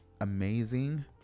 amazing